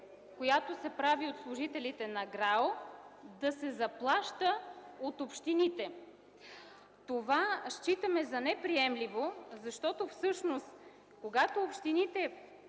която се прави от служителите на ГРАО, да се заплаща от общините. Това считаме за неприемливо, защото всъщност когато общините